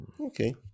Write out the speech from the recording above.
Okay